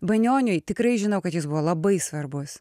banioniui tikrai žinau kad jis buvo labai svarbus